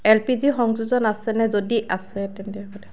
L P G সংযোজন আছেনে যদি আছে তেন্তে সোধা